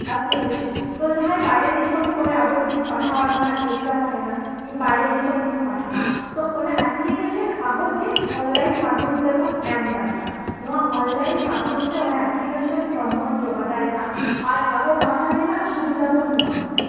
application ᱡᱟᱦᱟᱸᱭ ᱵᱟᱭᱨᱮ ᱫᱤᱥᱚᱢ ᱠᱚᱨᱮᱜ ᱟᱵᱚ ᱡᱩᱫᱤ ᱯᱟᱲᱦᱟᱜ ᱨᱮᱱᱟᱜ ᱪᱮᱥᱴᱟ ᱛᱟᱦᱮᱱᱟ ᱤᱧ ᱵᱟᱭᱨᱮ ᱫᱤᱥᱚᱢ ᱨᱤᱧ ᱯᱟᱲᱦᱟᱜᱼᱟ ᱛᱳ ᱚᱱᱟ ᱮᱯᱞᱤᱠᱮᱥᱮᱱ ᱟᱵᱚ ᱪᱮᱜ ᱚᱱᱞᱟᱭᱤᱱ ᱢᱟᱫᱽᱫᱷᱚᱢ ᱛᱮᱵᱚᱱ ᱮᱢ ᱫᱟᱲᱮᱭᱟᱜᱼᱟ ᱱᱚᱣᱟ ᱚᱱᱞᱟᱭᱤᱱ ᱢᱟᱫᱽᱫᱷᱚᱢ ᱛᱮ ᱚᱱᱟ ᱮᱯᱞᱤᱠᱮᱥᱮᱱ ᱯᱷᱚᱨᱚᱢ ᱵᱚᱱ ᱡᱚᱢᱟ ᱫᱟᱲᱮᱭᱟᱜᱼᱟ ᱟᱨ ᱟᱵᱚ ᱯᱟᱲᱦᱟᱣ ᱨᱮᱱᱟᱜ ᱥᱩᱵᱤᱫᱷᱟ ᱵᱚᱱ ᱧᱟᱢᱟ